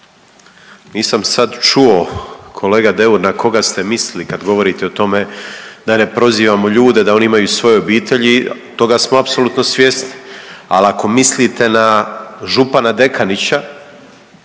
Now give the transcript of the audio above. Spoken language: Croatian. Nisam sad čuo kolega Deur na koga ste mislili kad govorite o tome da ne prozivamo ljude, da oni imaju svoje obitelji toga smo apsolutno svjesni, al ako mislite na župana Dekanića